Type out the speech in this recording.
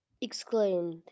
Exclaimed